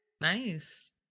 nice